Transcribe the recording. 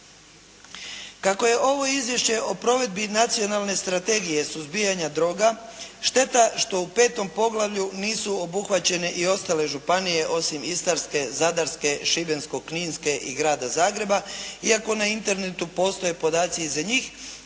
Kako je ovo Izvješće o provedbi Nacionalne strategije suzbijanja droga šteta što u V. poglavlju nisu obuhvaćene i ostale županije osim Istarske, Zadarske, Šibensko-kninske i Grada Zagreba iako na Internetu postoje podaci i za njih,